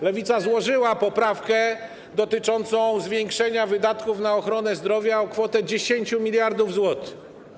Lewica złożyła poprawkę dotyczącą zwiększenia wydatków na ochronę zdrowia o kwotę 10 mld zł.